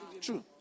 True